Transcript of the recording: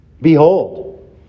behold